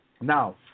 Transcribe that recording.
Now